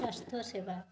ସ୍ୱାସ୍ଥ୍ୟ ସେବା